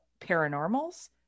paranormals